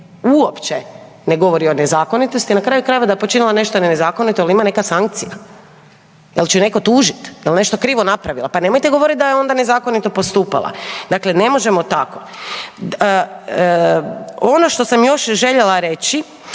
uopće ne govori o nezakonitosti. Na kraju krajeva da je počinila nešto nezakonito jel' ima neka sankcija? Jel' će ju netko tužiti? Jel' nešto krivo napravila? Pa nemojte govoriti da je onda nezakonito postupala. Dakle, ne možemo tako. Ono što sam još željela reći